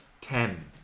Ten